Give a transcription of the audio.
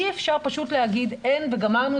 אי אפשר פשוט להגיד אין וגמרנו,